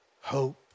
hope